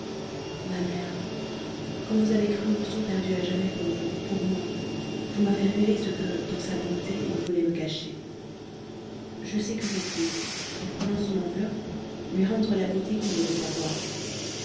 ma mère quand vous avez cru ourson perdu à jamais pour vous pour moi vous m'avez révélé ce que dans sa bonté il voulait me cacher je sais que je puis en prenant son enveloppe lui rendre la beauté qu'il devait avoir